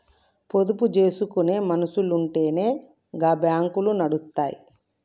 పొదుపు జేసుకునే మనుసులుంటెనే గా బాంకులు నడుస్తయ్